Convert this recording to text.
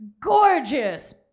gorgeous